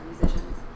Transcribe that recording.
musicians